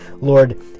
Lord